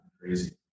Crazy